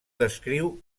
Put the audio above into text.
descriu